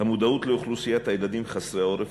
המודעות לאוכלוסיית הילדים חסרי העורף